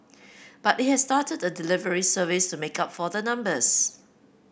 but it has started a delivery service to make up for the numbers